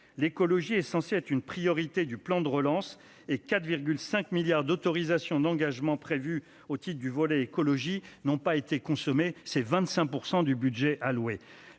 L'écologie est censée être une priorité du plan de relance, alors que 4,5 milliards d'euros d'autorisations d'engagement prévues au titre du volet écologie n'ont pas été consommés, soit 25 % du budget alloué.